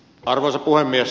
arvoisa puhemies